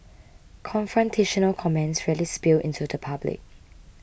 confrontational comments rarely spill into the public